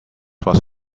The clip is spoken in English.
was